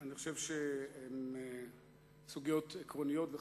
אני חושב שהן סוגיות עקרוניות וחשובות,